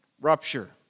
rupture